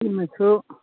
ꯁꯤꯃꯁꯨ